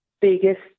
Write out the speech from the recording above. biggest